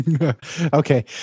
okay